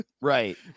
Right